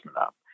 up